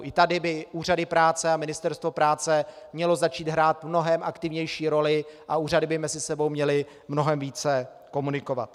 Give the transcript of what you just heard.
I tady by úřady práce a Ministerstvo práce měly začít hrát mnohem aktivnější roli a úřady by mezi sebou měly mnohem více komunikovat.